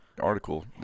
article